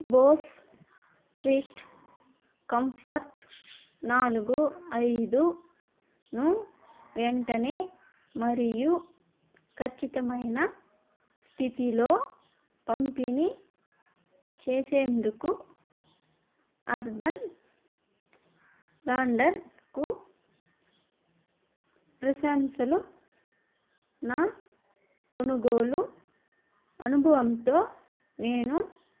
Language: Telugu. బోస్ క్వైట్ కంఫర్ట్ నాలుగు ఐదును వెంటనే మరియు ఖచ్చితమైన స్థితిలో పంపిణీ చేసినందుకు అర్బన్ లాడర్కు ప్రశంసలు నా కొనుగోలు అనుభవంతో నేను